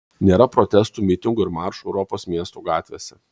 nėra protestų mitingų ir maršų europos miestų gatvėse